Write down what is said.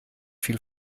viel